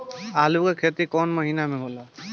आलू के खेती कवना महीना में होला?